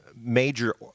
major